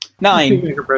Nine